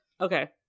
okay